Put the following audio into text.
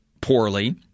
poorly